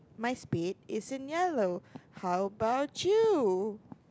my spade is in yellow how about you